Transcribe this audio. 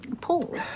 paul